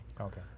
Okay